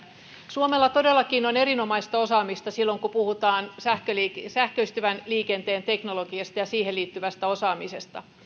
suomella todellakin on erinomaista osaamista silloin kun puhutaan sähköistyvän liikenteen teknologiasta ja siihen liittyvästä osaamisesta